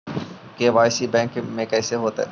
KYC bank में कैसे होतै?